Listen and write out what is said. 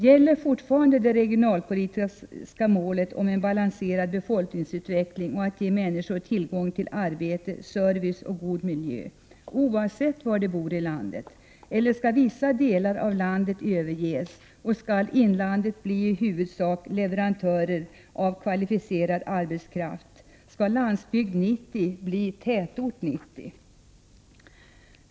Gäller fortfarande det regionalpolitiska målet om en balanserad befolkningsutveckling och att man skall ge människor tillfälle till arbete, service och god miljö oavsett var de bor i landet, eller skall vissa delar av landet överges? Skall inlandet bli i huvudsak leverantör av kvalificerad arbetskraft? Skall Landsbygd 90 bli Tätort 90?